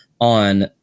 on